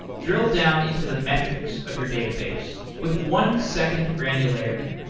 drill down into the metrics of your database with one second granularity.